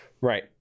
Right